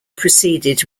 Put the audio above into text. proceeded